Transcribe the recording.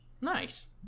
Nice